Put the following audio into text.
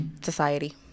Society